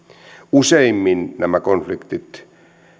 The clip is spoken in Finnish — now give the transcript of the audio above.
useimmin nämä konfliktit